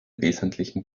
wesentlichen